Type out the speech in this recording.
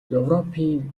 европын